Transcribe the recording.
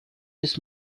this